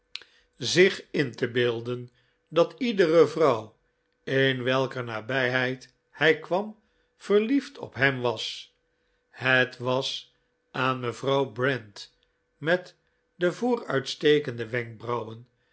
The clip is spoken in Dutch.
zich in te beelden dat iedere vrouw in welker nabijheid hij kwam verliefd op hem was het was aan mevrouw brent met de vooruitstekende wenkbrauwen